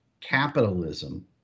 capitalism